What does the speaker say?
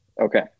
Okay